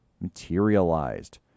materialized